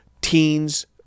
Teens